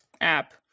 app